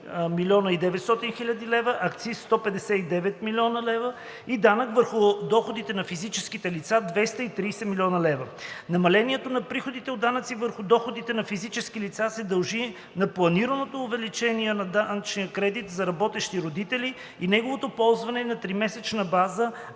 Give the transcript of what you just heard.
стойност е 140,9 млн. лв., акциз – 159 млн. лв. и данък върху доходите на физическите лица – 230 млн. лв. Намалението на приходите от данъци върху доходите на физически лица се дължи на планираното увеличение на данъчния кредит за работещи родители и неговото ползване на тримесечна база,